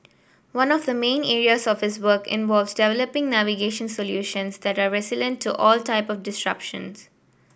one of the main areas of his work involves developing navigation solutions that are resilient to all type of disruptions